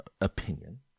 opinion